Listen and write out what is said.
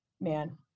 man